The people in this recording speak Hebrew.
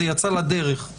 זה יצא לדרך.